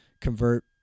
convert